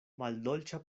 maldolĉa